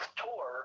tour